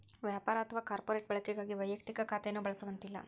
ವ್ಯಾಪಾರ ಅಥವಾ ಕಾರ್ಪೊರೇಟ್ ಬಳಕೆಗಾಗಿ ವೈಯಕ್ತಿಕ ಖಾತೆಯನ್ನು ಬಳಸುವಂತಿಲ್ಲ